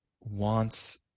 wants